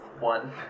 one